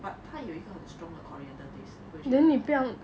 but 它有一个很 strong 的 coriander taste 你不会觉得么